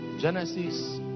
genesis